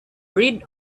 read